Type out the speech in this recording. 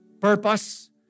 purpose